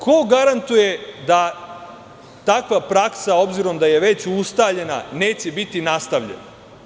Ko garantuje da takva praksa, obzirom da je već ustaljena, neće biti nastavljena?